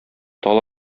тал